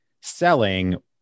selling